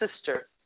sister